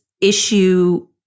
issue